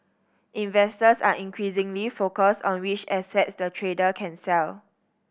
investors are increasingly focused on which assets the trader can sell